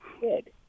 Good